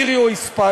אירי או היספני,